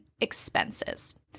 expenses